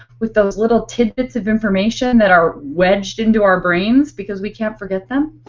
with those little tidbits of information that are wedged into our brains because we can't forget them.